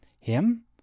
Him